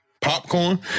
Popcorn